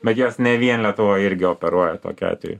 bet jos ne vien lietuvoj irgi operuoja tokiu atveju